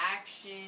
action